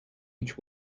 each